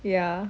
ya